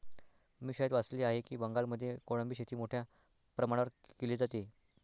मी शाळेत वाचले आहे की बंगालमध्ये कोळंबी शेती मोठ्या प्रमाणावर केली जाते